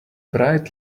bright